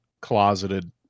closeted